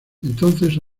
entonces